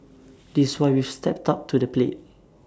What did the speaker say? this why we've stepped up to the plate